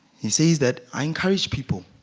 who sees that i encourage people